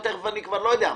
די.